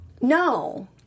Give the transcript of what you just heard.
No